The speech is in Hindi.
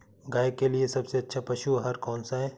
गाय के लिए सबसे अच्छा पशु आहार कौन सा है?